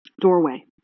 doorway